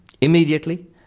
immediately